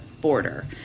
border